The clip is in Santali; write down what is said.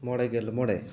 ᱢᱚᱬᱮ ᱜᱮᱞ ᱢᱚᱬᱮ